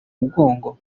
mugongo